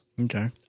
Okay